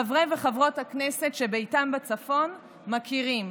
חברי וחברות הכנסת שביתם בצפון מכירים.